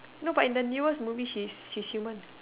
no but in the newest movie she she's human